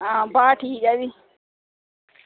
आं बाहर ठीक ऐ भी